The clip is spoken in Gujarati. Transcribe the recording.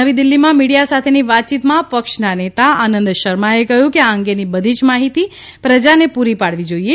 નવી દીલ્ફીમાં મિડિયા સાથેની વાતચીતમાં પક્ષના નેતા આનંદ શર્માએ કહ્યું કે આ અંગેની બધી જ માહીતી પ્રજાને પૂરી પાડવી જોઇએ